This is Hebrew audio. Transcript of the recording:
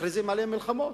מכריזים עליהם מלחמות.